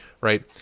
right